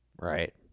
Right